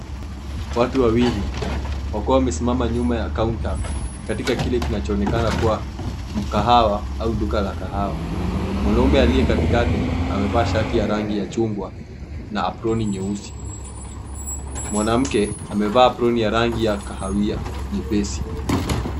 Watu wawili, wakiwa wamesimama nyuma counter katika kile kinachoonekana kuwa mkahawa au duka la kahawa. Mwanaume aliye katikati amevaa shati ya rangi ya chungwa na aproni nyeusi. Mwanamke amevaa aproni ya rangi ya kahawia nyepesi.